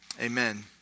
amen